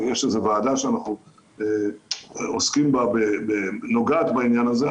יש איזו ועדה שאנחנו עוסקים בה והיא נוגעת בעניין הזה.